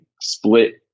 split